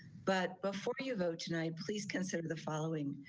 but before you vote tonight, please consider the following